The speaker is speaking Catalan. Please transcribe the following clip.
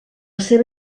seva